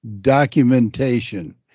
documentation